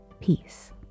peace